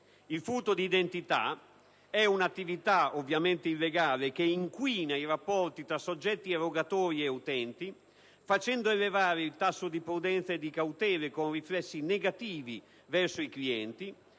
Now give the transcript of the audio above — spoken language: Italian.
Il furto d'identità è un'attività ovviamente illegale che inquina i rapporti tra soggetti erogatori e utenti facendo elevare il tasso di prudenza e di cautela con riflessi negativi verso i clienti